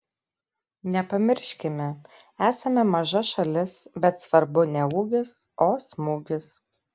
nepamirškime esame maža šalis bet svarbu ne ūgis o smūgis